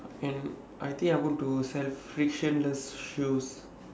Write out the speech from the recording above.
and I think go to sell frictionless shoes